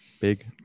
big